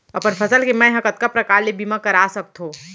अपन फसल के मै ह कतका प्रकार ले बीमा करा सकथो?